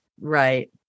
Right